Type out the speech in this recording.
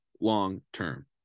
long-term